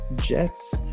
Jets